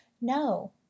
No